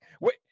wait